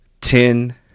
Ten